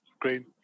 green